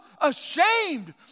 ashamed